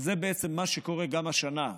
וזה בעצם מה שקורה גם השנה.